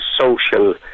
social